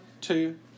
two